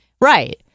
Right